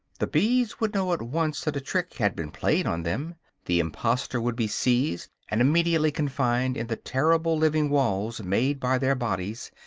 the bees would know at once that a trick had been played on them the impostor would be seized, and immediately confined in the terrible living walls made by their bodies,